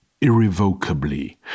irrevocably